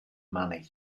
mani